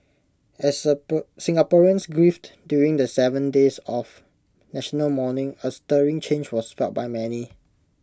as the Singaporeans grieved during the Seven days of national mourning A stirring change was felt by many